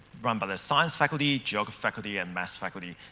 run by the science faculty, geography faculty and maths faculty,